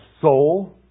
soul